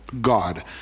God